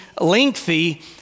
lengthy